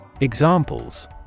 Examples